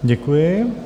Děkuji.